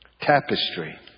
Tapestry